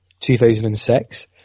2006